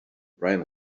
brain